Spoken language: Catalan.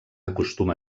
acostuma